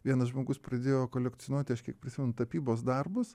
vienas žmogus pradėjo kolekcionuoti aš kiek prisimenu tapybos darbus